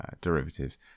derivatives